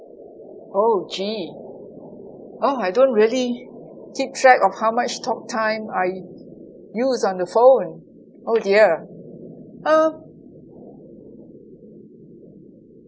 oh gee oh I don't really keep track of how much talk time I use on the phone oh dear uh